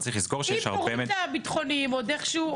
אבל צריך לזכור שיש הרבה --- אם נוריד את הביטחוניים עוד איכשהו,